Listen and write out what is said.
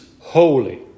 holy